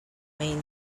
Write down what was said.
main